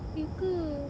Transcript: ya ke